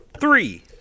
three